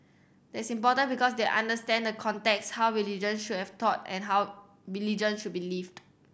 that's important because they understand the context how religion should have taught and how religion should be lived